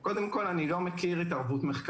מהיום למחר